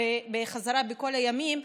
בכל הימים,